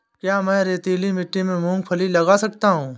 क्या मैं रेतीली मिट्टी में मूँगफली लगा सकता हूँ?